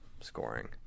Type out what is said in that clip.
scoring